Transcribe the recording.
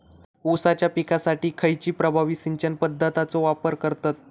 ऊसाच्या पिकासाठी खैयची प्रभावी सिंचन पद्धताचो वापर करतत?